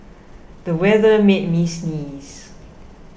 the weather made me sneeze